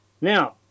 now